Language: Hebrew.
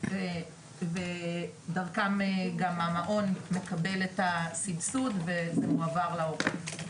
אני יכול לומר בצורה מאוד ברורה,